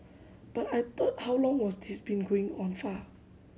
but I thought how long was this been going on far